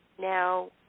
Now